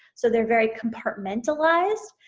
so they're very compartmentalized,